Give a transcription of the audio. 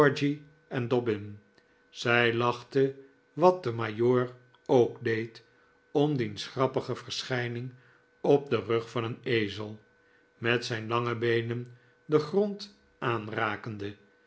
lachte wat de majoor ook deed om diens grappige verschijning op den rug van een ezel met zijn lange beenen den grond aanrakende